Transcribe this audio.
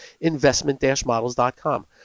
investment-models.com